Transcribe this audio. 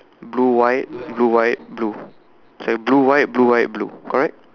blue white blue white blue so blue white blue white blue correct